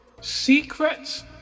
Secrets